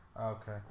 Okay